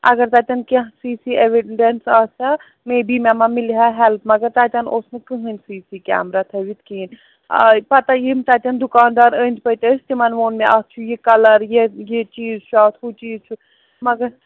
اَگر تَتٮ۪ن کینٛہہ سی سی ایٚوِڈیٚنٕس آسہِ ہا مے بی مےٚ ما مِلہِ ہا ہٮ۪لٕپ مَگر تَتٮ۪ن اوس نہٕ کٕہۭنۍ سی سی کیمرا تھٲوِتھ کِہیٖنۍ آے پَتَہٕ آے یِم تَتٮ۪ن دُکاندار أنٛدۍ پٔتۍ ٲسۍ تِمَن ووٚن مےٚ اَتھ چھُ یہِ کَلر یہِ یہِ چیٖز چھُ اَتھ ہُہ چیٖز چھُ مَگر